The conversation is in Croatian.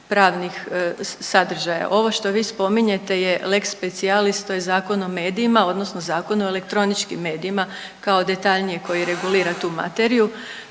Ovo što vi spominjete je lex specialis, to je Zakon o medijima odnosno Zakon o elektroničkim medijima kao detaljniji koji regulira tu materiju